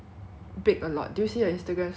bake a lot did you see her Instagram story